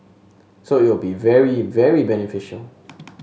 so it will be very very beneficial